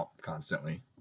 constantly